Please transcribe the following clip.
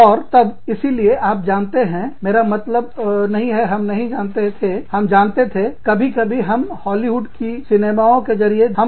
और तब इसीलिए आप जानते हैं मेरा यह मतलब नहीं है हम नहीं जानते थे हम जानते थे कभी कभी हम हॉलीवुड की सिनेमाओं के जरिए देख सकते थे